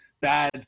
bad